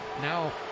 now